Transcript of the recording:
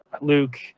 luke